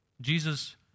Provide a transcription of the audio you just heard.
Jesus